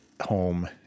Home